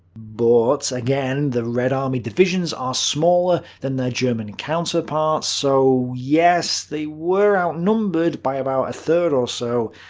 but again, the red army divisions are smaller than their german counterparts. so yes, they were outnumbered by about a third or so,